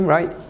Right